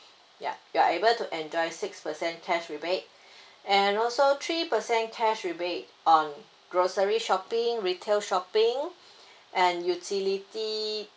ya you're able to enjoy six percent cash rebate and also three percent cash rebate on grocery shopping retail shopping and utility